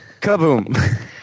Kaboom